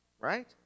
right